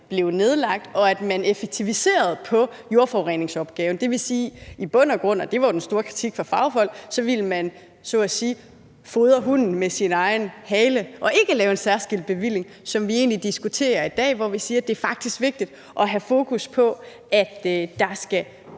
blev nedlagt, og at man har effektiviseret på jordforureningsopgaven. Det vil i bund og grund sige – og det var jo den store kritik fra fagfolk – at man så at sige ville fodre hunden med sin egen hale og ikke lave en særskilt bevilling, som vi egentlig diskuterer i dag, hvor vi siger, at det faktisk er vigtigt at have fokus på, at der både